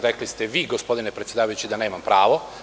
Rekli ste vi, gospodine predsedavajući, da nemam pravo.